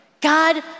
God